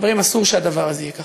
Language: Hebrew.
חברים, אסור שהדבר הזה יהיה ככה.